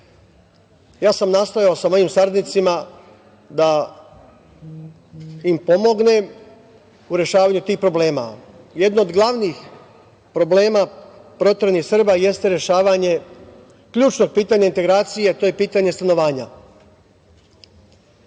Ja sam nastojao sa mojim saradnicima da im pomognem u rešavanju tih problema. Jedno od glavnih problema proteranih Srba jeste rešavanje ključnog pitanja integracije, a to je pitanje stanovanja.